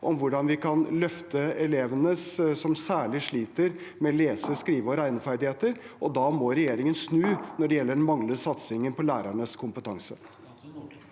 om hvordan vi særlig kan løfte de elevene som sliter med lese-, skrive- og regneferdigheter, og da må regjeringen snu når det gjelder den manglende satsingen på lærernes kompetanse.